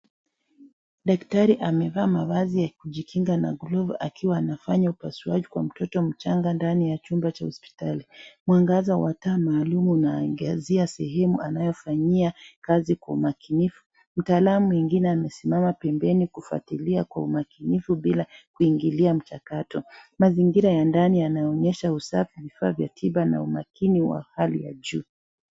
Daktari amevaa mavazi ya kujikinga na glovu akiwa anafanya upasuaji kwa mtoto mchanga ndani ya chumba cha hospitali. Mwangaza wa taa maalum unaangazia sehemu anayofanyia kazi kwa umakinifu. Mtaalamu mwingine amesimama pembeni kufuatilia kwa umakinifu bila kuingilia mchakato. Mazingira ya ndani yanaonyesha usafi, vifaa vya tiba na umakini wa hali ya juu.